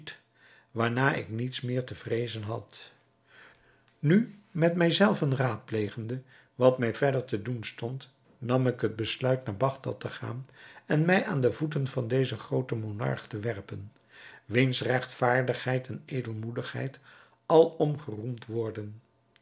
waarna ik niets meer te vreezen had nu met mij zelven raadplegende wat mij verder te doen stond nam ik het besluit naar bagdad te gaan en mij aan de voeten van dezen grooten monarch te werpen wiens regtvaardigheid en edelmoedigheid alom geroemd worden